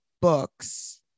books